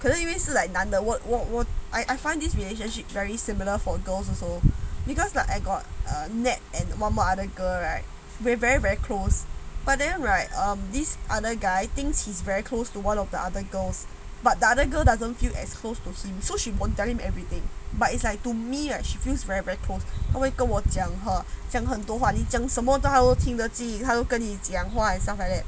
可是因为是 like 男的我我我 I I find this relationship very similar for girls also because like I got a nat and one more other girl right we're very very close but then right um this other guy thinks he's very close to one of the other girls but the other girl doesn't feel as close to him so she won't tell him everything but it's like to me or she feels very very close 会跟我讲话好像讲很多话你讲什么他都听得进他都跟你讲话 and stuff like that